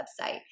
website